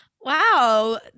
Wow